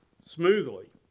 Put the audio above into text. smoothly